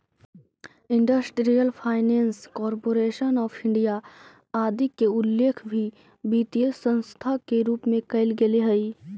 industrial Finance Corporation of India आदि के उल्लेख भी वित्तीय संस्था के रूप में कैल गेले हइ